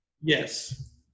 Yes